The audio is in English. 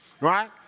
Right